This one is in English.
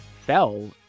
fell